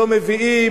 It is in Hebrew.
לא "מביאים",